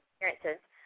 experiences